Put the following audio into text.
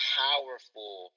powerful